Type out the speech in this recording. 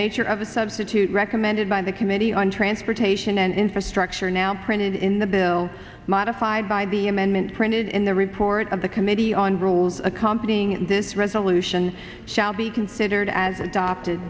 nature of a substitute recommended by the committee on transportation and infrastructure now printed in the bill modified by the amendment printed in the report of the committee on rules accompanying this resolution shall be considered as adopted